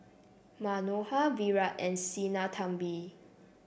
Manohar Virat and Sinnathamby